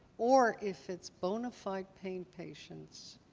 or if it's bona fide pain patients,